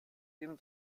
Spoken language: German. dem